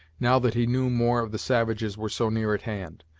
now that he knew more of the savages were so near at hand.